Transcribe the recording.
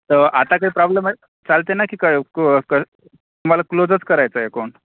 तर आता काही प्रॉब्लेम आहे चालतंय ना की कय कू कल तुम्हाला क्लोजच करायचं आहे अकोन